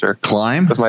Climb